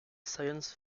science